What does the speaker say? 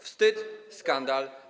Wstyd, skandal.